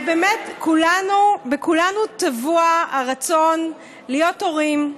בכולנו טבוע הרצון להיות הורים,